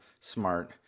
smart